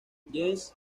james